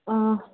آ